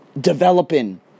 developing